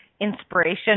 Inspiration